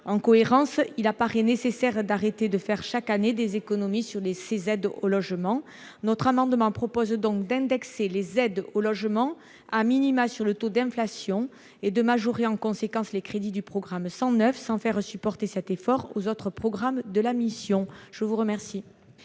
en cohérence, il apparaît nécessaire d'arrêter de faire chaque année des économies sur les ces aides au logement notre amendement propose donc d'indexer les aides au logement a minima sur le taux d'inflation et de majorer en conséquence, les crédits du programme 109 sans faire supporter cet effort aux autres programmes de la mission, je vous remercie,